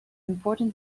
important